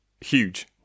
huge